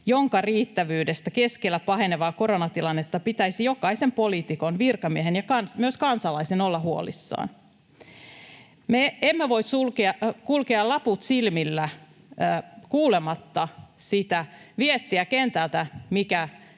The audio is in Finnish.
jonka riittävyydestä keskellä pahenevaa koronatilannetta pitäisi jokaisen poliitikon, virkamiehen ja myös kansalaisen olla huolissaan. Me emme voi kulkea laput silmillä kuulematta sitä viestiä kentältä,